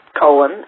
colon